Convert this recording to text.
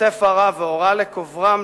השתתף הרב והורה לקוברם,